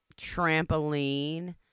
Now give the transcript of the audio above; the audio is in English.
trampoline